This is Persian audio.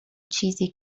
چیزی